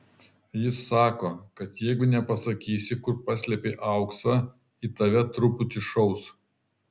jis sako kad jeigu nepasakysi kur paslėpei auksą į tave truputį šaus